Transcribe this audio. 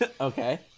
Okay